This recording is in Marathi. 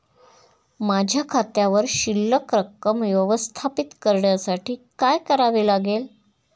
माझ्या खात्यावर शिल्लक रक्कम व्यवस्थापित करण्यासाठी काय करावे लागेल?